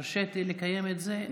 הרשיתי לקיים את זה.